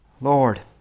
Lord